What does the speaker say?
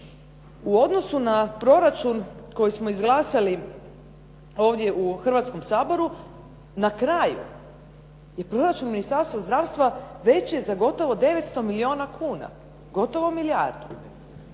U odnosu na proračun koji smo izglasali ovdje u Hrvatskom saboru na kraju je proračun Ministarstva zdravstva veći za gotovo 900 milijuna kuna, gotovo milijardu